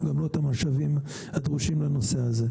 גם לא את המשאבים הדרושים לנושא הזה.